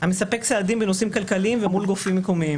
המספק סעדים בנושאים כלכליים ומול גופים מקומיים.